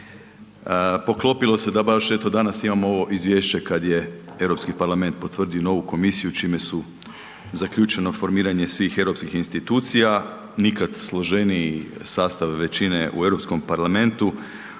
Poklopilo se da baš eto danas imamo ovo izvješće kad je Europski parlament potvrdio novu komisiju čime su zaključeno formiranje svih europskih institucija, nikad složeniji sastav većine u Europskom parlamentu.